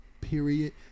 Period